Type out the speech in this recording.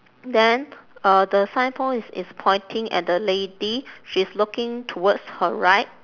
then uh the sign post is is pointing at the lady she's looking towards her right